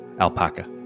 alpaca